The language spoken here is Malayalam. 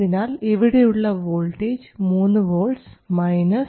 അതിനാൽ ഇവിടെയുള്ള വോൾട്ടേജ് 3 V 0